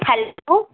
hello